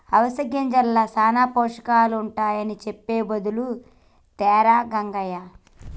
అవిసె గింజల్ల సానా పోషకాలుంటాయని సెప్పె బదులు తేరాదా రంగయ్య